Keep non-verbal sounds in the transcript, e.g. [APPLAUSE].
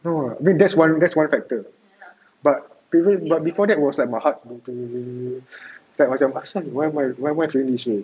no I mean that's one that's one factor but before but before that was my heart [NOISE] like macam asal ni why am I why am I feeling this way